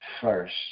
first